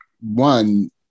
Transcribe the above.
one